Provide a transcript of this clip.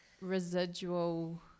residual